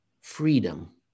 freedom